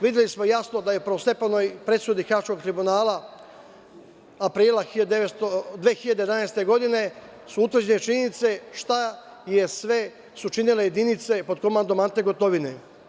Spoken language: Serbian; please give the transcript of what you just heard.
Videli smo jasno da je u prvostepenoj presudi Haškog tribunala aprila 2011. godine su utvrđene činjenice šta su sve činile jedinice pod komandom Ante Gotovine.